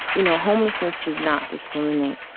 you know, homelessness does not discriminate.